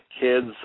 kids